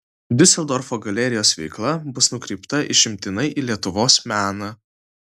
diuseldorfo galerijos veikla bus nukreipta išimtinai į lietuvos meną